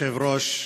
אדוני היושב-ראש,